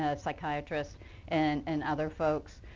ah psychiatrist and and other folks.